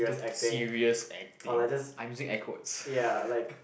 to serious acting I'm using act quotes